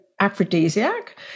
aphrodisiac